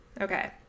Okay